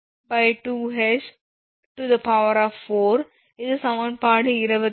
𝑊𝐿2𝐻 4⋯ இது சமன்பாடு 23